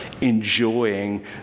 enjoying